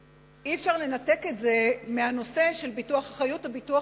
אי-אפשר לנתק את זה מהנושא של ביטוח אחריות או ביטוח